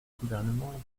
gouvernement